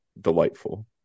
delightful